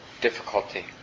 difficulty